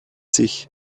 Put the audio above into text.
sich